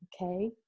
okay